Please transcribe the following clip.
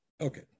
Okay